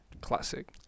classic